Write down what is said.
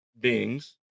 beings